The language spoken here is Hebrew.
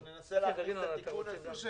אני מנסה להכין את התיקון הזה.